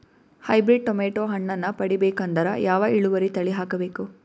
Hybrid tomato ಹಣ್ಣನ್ನ ಪಡಿಬೇಕಂದರ ಯಾವ ಇಳುವರಿ ತಳಿ ಹಾಕಬೇಕು?